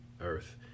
earth